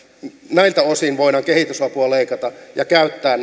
näiltä osin voidaan kehitysapua leikata ja käyttää